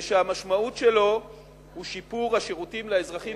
ושהמשמעות שלו היא שיפור השירותים לאזרחים